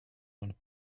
und